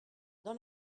dans